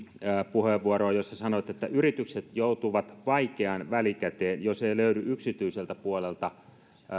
puheenvuoroon jossa sanoitte että yritykset joutuvat vaikeaan välikäteen jos ei löydy yksityiseltä puolelta